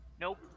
Nope